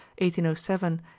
1807